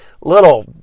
little